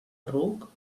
ruc